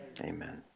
amen